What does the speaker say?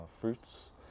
fruits